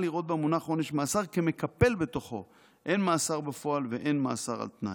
לראות במונח "עונש מאסר" כמקפל בתוכו הן מאסר בפועל והן מאסר על תנאי.